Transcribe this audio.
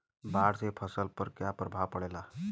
बाढ़ से फसल पर क्या प्रभाव पड़ेला?